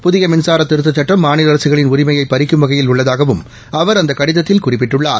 புதிய மின்சார திருத்தச் சுட்டம் மாநில அரசுகளின் உரிமையை பறிக்கும் வகையில் உள்ளதாகவும் அவா அந்த கடதத்தில் குறிப்பிட்டுள்ளார்